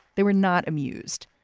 they were not amused.